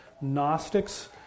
Gnostics